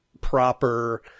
proper –